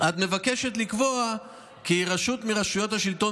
את מבקשת לקבוע כי רשות מרשויות השלטון